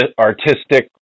artistic